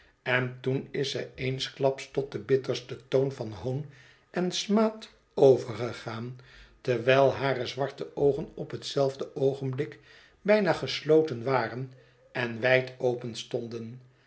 en toen is zij eensklaps tot den bittersten toon van hoon en smaad overgegaan terwijl hare zwarte oogen op hetzelfde oogenblik bijna gesloten waren en wijd openstonden